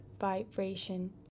vibration